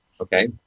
Okay